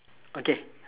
okay